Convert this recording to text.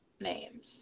names